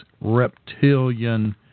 reptilian